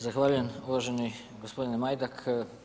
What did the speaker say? Zahvaljujem uvaženi gospodine Majdak.